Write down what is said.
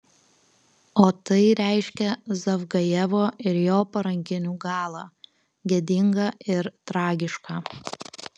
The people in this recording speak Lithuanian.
o tai reiškia zavgajevo ir jo parankinių galą gėdingą ir tragišką